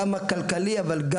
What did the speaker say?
גם מענה כלכלי אבל,